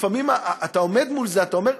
לפעמים אתה עומד מול זה ואתה אומר: